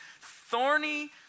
thorny